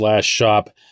shop